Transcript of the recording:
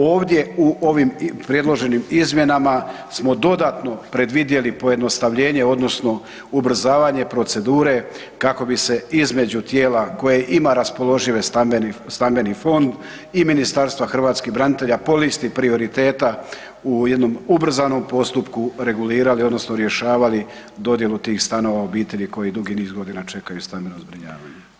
Ovdje u ovim predloženim izmjenama smo dodatno predvidjeli pojednostavljenje odnosno ubrzavanje procedure kako bi se između tijela koje ima raspoložive stambeni fond i Ministarstva hrvatskih branitelja po listi prioriteta u jednom ubrzanom postupku regulirali odnosno rješavali dodjelu tih stanova obitelji koji dug niz godina čekaju stambeno zbrinjavanje.